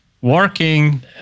Working